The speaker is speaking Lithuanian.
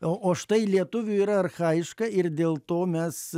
o štai lietuvių yra archajiška ir dėl to mes